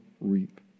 reap